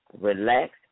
relax